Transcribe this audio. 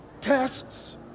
Tests